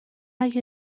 اگه